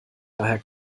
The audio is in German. daher